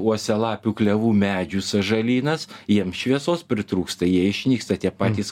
uosialapių klevų medžių sąžalynas jiem šviesos pritrūksta jie išnyksta tie patys